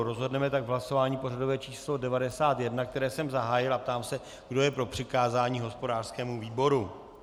Rozhodneme tak v hlasování pořadové číslo 91, které jsem zahájil, a ptám se, kdo je pro přikázání hospodářskému výboru.